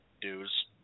dues